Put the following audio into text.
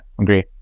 agree